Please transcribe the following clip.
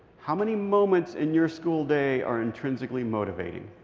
how many moments in your school day are intrinsically motivating?